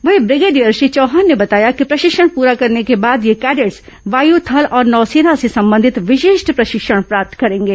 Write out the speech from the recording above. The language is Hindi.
वहीं ब्रिगेडियर श्री चौहान ने बताया कि प्रशिक्षण पूरा करने के बाद ये कैडेट्स वायू थल और नौसेना से संबंधित विशिष्ट प्रशिक्षण प्राप्त करेंगे